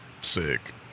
Sick